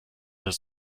das